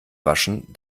waschen